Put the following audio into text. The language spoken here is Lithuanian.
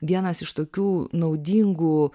vienas iš tokių naudingų